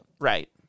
Right